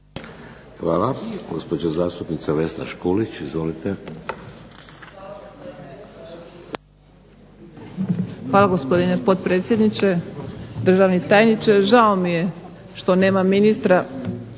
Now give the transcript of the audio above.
Hvala gospodine potpredsjedniče, državni tajniče. Žao mi je što nema ministra,